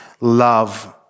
love